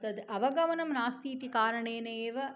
तद् अवगमनं नास्ति इति कारणेन एव